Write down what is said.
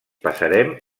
passarem